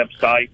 website